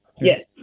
yes